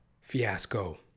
fiasco